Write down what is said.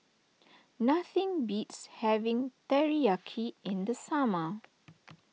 nothing beats having Teriyaki in the summer